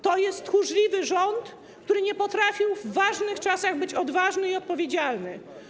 To jest tchórzliwy rząd, który nie potrafił w ważnych czasach być odważny i odpowiedzialny.